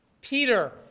Peter